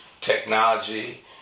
Technology